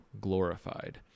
glorified